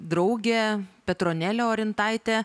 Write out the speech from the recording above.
draugė petronėlė orintaitė